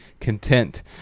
content